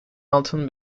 altın